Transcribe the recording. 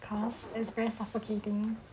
cause it's very suffocating